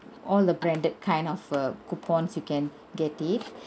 all the branded kind of err coupons you can get it